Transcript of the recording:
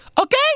Okay